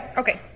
okay